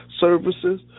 Services